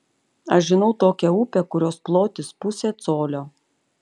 aš žinau tokią upę kurios plotis pusė colio